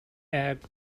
egg